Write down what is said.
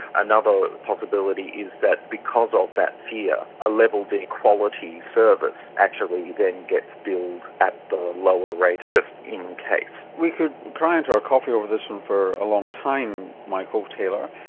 another possibility is that because of that fear, a level d quality service actually then gets billed at the lower rate just in case. we could cry into our coffee over this one for a long time, michael taylor.